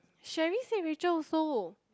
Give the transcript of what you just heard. Sherry say Rachel also